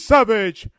Savage